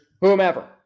whomever